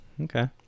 Okay